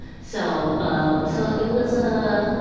so ah. so it was ah.